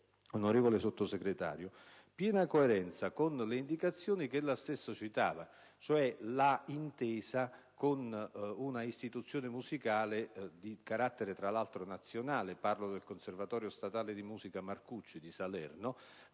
onorevole Sottosegretario, vi è piena coerenza con le indicazioni da lei stesso citate. Mi riferisco all'intesa con una istituzione musicale di carattere, tra l'altro, nazionale ‑ parlo del Conservatorio statale di musica «Martucci» di Salerno